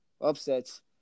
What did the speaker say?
upsets